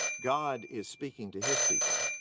god is speaking to his people.